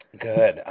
Good